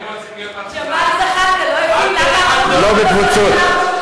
ג'מאל זחאלקה לא הבין למה, לא בקבוצות.